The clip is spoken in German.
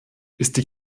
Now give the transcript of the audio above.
ist